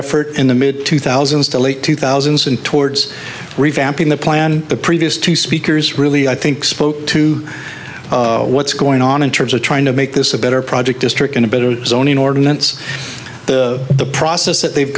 effort in the mid two thousand is to late two thousand and towards revamping the plan the previous two speakers really i think spoke to what's going on in terms of trying to make this a better project district in a better zoning ordinance the process that they've